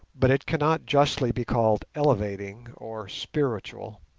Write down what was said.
but it cannot justly be called elevating or spiritual.